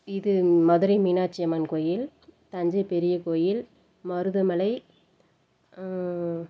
இது மதுரை மீனாட்சி அம்மன் கோவில் தஞ்சை பெரியகோவில் மருதமலை